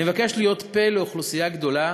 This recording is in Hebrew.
אני מבקש להיות פה לאוכלוסייה גדולה